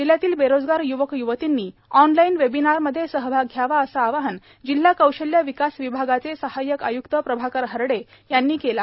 जिल्हयातील बेरोजगार य्वक य्वतींनी ऑनलाईन वेबिनारमध्ये सहभाग घ्यावा असे आवाहन जिल्हा कौशल्य विकास विभागाचे सहाय्यक आय्क्त प्रभाकर हरडे यांनी केले आहे